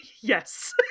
Yes